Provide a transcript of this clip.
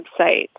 website